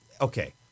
okay